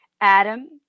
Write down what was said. Adam